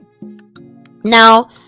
now